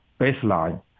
baseline